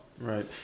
Right